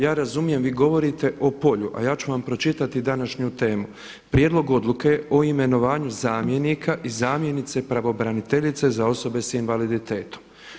Ja razumijem, vi govorite o polju, a ja ću vam pročitati današnju temu: Prijedlog Odluke o imenovanju zamjenika i zamjenice pravobraniteljice za osobe s invaliditetom.